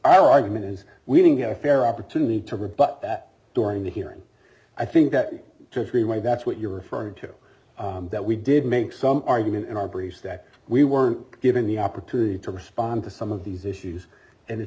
argument is we didn't get a fair opportunity to rebut that during the hearing i think that that's what you're referring to that we did make some argument in our briefs that we weren't given the opportunity to respond to some of these issues and it